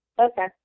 Okay